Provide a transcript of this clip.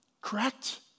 correct